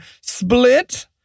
split